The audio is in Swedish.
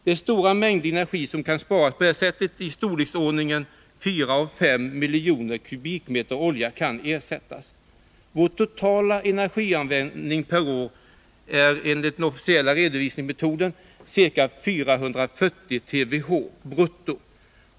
Det är stora mängder energi som kan sparas på det här sättet: i storleksordningen 4-5 miljoner kubikmeter olja kan ersättas. Vår totala energianvändning per år enligt den officiella redovisningsmetoden är ca 440 TWh brutto.